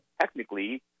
technically